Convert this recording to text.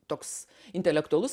toks intelektualus